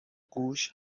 گوش